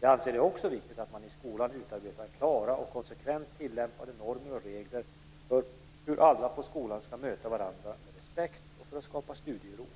Jag anser det också viktigt att man i skolan utarbetar klara och konsekvent tilllämpade normer och regler för hur alla på skolan ska möta varandra med respekt och för att skapa studiero.